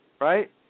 right